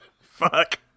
Fuck